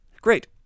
Great